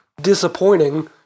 disappointing